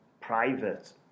private